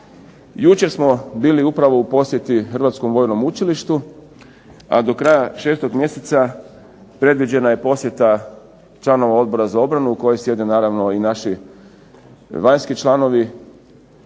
Jučer smo bili upravo u posjeti hrvatskom vojnom učilištu, a do kraja šestog mjeseca predviđena je posjeta članova Odbora za obranu u kojoj sjede naravno i naši vanjski članovi